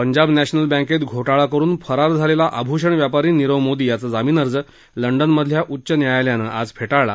Punjab national बँकेत घोटाळा करून फरार झालेला आभूषण व्यापारी नीरव मोदी याचा जामीन अर्ज लंडनमधल्या उच्च न्यायालयानं आज फेटाळला